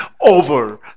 over